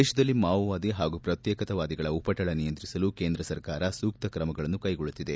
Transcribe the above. ದೇಶದಲ್ಲಿ ಮಾವೋವಾದಿ ಹಾಗೂ ಪ್ರತ್ಯೇಕವಾದಿಗಳ ಉಪಟಳ ನಿಯಂತ್ರಿಸಲು ಕೇಂದ್ರ ಸರ್ಕಾರ ಸೂಕ್ತ ಕ್ರಮಗಳನ್ನು ಕ್ಲೆಗೊಳ್ಳುತ್ತಿದೆ